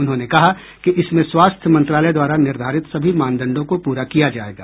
उन्होंने कहा कि इसमें स्वास्थ्य मंत्रालय द्वारा निर्धारित सभी मानदंडों को पूरा किया जायेगा